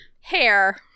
hair